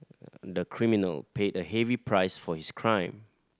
the criminal paid a heavy price for his crime